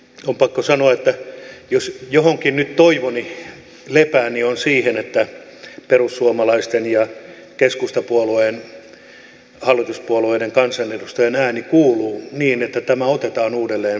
on pakko sanoa että jos jossakin nyt toivoni lepää niin siinä että perussuomalaisten ja keskustapuolueen hallituspuolueiden kansanedustajien ääni kuuluu niin että tämä otetaan uudelleen vakavasti harkintaan